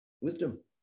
Wisdom